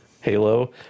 Halo